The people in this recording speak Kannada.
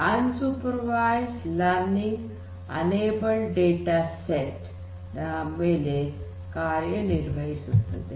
ಅನ್ super ವೈಸ್ಡ್ learning unlabelled data set ನ ಮೇಲೆ ಕಾರ್ಯವಹಿಸುತ್ತದೆ